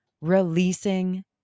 releasing